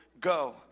go